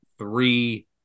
three